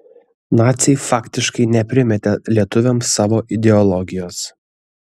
naciai faktiškai neprimetė lietuviams savo ideologijos